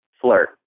flirt